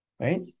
right